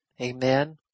Amen